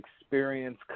experience